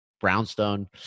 brownstone